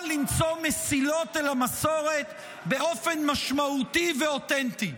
למצוא מסילות אל המסורת באופן משמעותי ואותנטי.